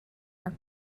our